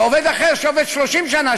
ועובד אחר שעובד 30 שנה,